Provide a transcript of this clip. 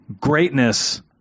greatness